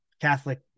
Catholic